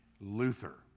luther